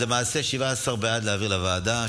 אז למעשה 17 בעד להעביר לוועדה,